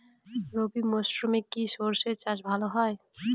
রবি মরশুমে কি সর্ষে চাষ ভালো হয়?